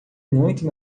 muito